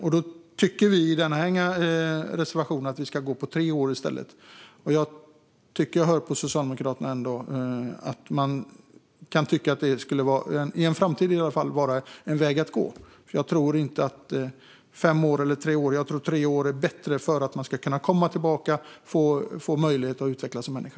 I vår reservation tycker vi att det ska gå på tre år i stället. Jag tycker ändå att jag hör på Socialdemokraterna att de i alla fall i framtiden kan tycka att det skulle kunna vara en väg att gå. I valet mellan fem och tre år tror jag att tre år är bättre för att kunna komma tillbaka och få möjlighet att utvecklas som människa.